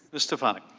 ms. stefanik.